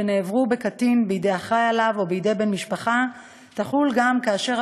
שנעברו בקטין בידי אחראי עליו או בידי בן משפחה תחול גם כאשר